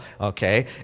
okay